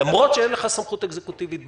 למרות שאין לך סמכות אקזקוטיבית ביד,